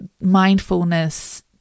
mindfulness